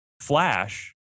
flash